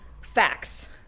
Facts